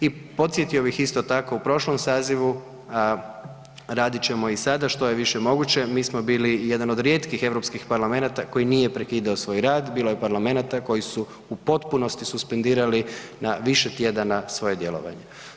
I podsjetio bih isto tako u prošlom sazivu, radit ćemo i sada što je više moguće, mi smo bili jedan od rijetkih europskih parlamenata koji nije prekidao svoj rad, bilo je parlamenata koji su u potpunosti suspendirali na više tjedana svoje djelovanje.